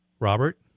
Robert